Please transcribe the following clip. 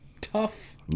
tough